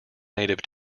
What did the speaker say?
native